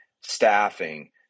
staffing